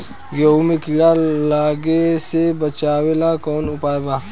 गेहूँ मे कीड़ा लागे से बचावेला कौन उपाय बा?